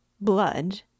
Blood